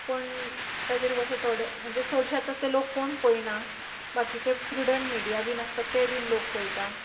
पण ताचेर ते थोडे म्हणचे चडशे आतां तें लोक कोण पळयना बाकीचे प्रुडंट मिडिया बीन आसता ते बीन लोक पळयतात